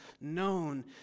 known